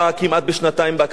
איחרה כמעט בשנתיים בהקמת הגדר.